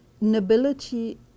nobility